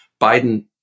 Biden